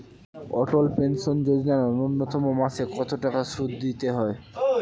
অটল pension যোজনা ন্যূনতম মাসে কত টাকা সুধ দিতে হয়?